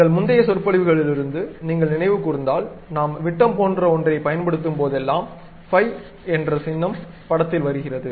எங்கள் முந்தைய சொற்பொழிவுகளிலிருந்து நீங்கள் நினைவு கூர்ந்தால் நாம் விட்டம் போன்ற ஒன்றைப் பயன்படுத்தும்போதெல்லாம் பை என்ற சின்னம் படத்தில் வருகிறது